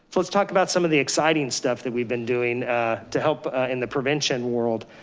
let's talk about some of the exciting stuff that we've been doing to help in the prevention world,